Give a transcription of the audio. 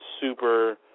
Super